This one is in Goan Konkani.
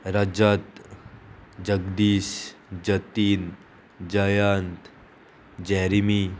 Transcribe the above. रजत जगदीश जतीन जयंत जॅरीमी